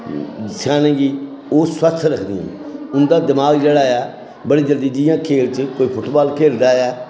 स्यानें गी ओह् स्वस्थ रखदियां न उं'दा दमाग जेह्ड़ा ऐ बड़ी जल्दी जि'यां खेढ च कोई फुटबाल खेलदा ऐ